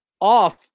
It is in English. off